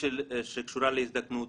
שקשורה להזדקנות